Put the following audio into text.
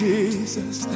Jesus